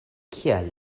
kial